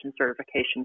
certification